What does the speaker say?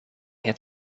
hit